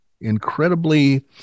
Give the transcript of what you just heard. incredibly